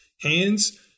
hands